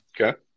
Okay